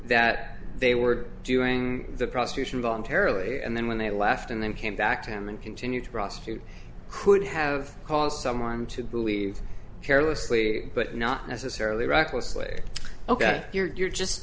that they were doing the prosecution voluntarily and then when they left and then came back to him and continue to prosecute could have caused someone to believe carelessly but not necessarily recklessly ok you're